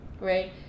Right